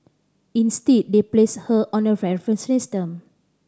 instead they placed her on a reference system